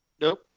Nope